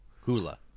Hula